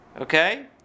Okay